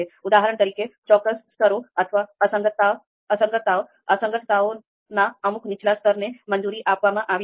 ઉદાહરણ તરીકે ચોક્કસ સ્તરો અથવા અસંગતતાઓના અમુક નીચા સ્તરને મંજૂરી આપવામાં આવી છે